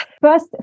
First